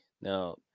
now